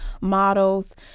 models